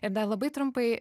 ir dar labai trumpai